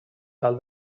tal